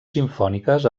simfòniques